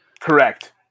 Correct